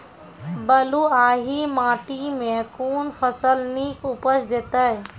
बलूआही माटि मे कून फसल नीक उपज देतै?